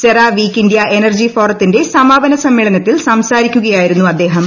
Cera week India energy ഫോറത്തിന്റെ സമാപന സമ്മേളനത്തിൽ സംസാരിക്കുകയായിരുന്നു അദ്ദേഹം